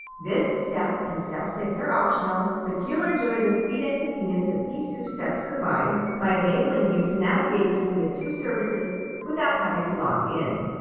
this step, and step six are optional, but you'll enjoy the speed and convenience that these two steps provide by enabling you to navigate between the two services without having to log in.